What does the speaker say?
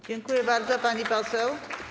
Dziękuję bardzo, pani poseł.